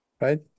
right